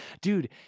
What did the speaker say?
dude